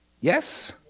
Yes